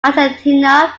argentina